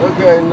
Okay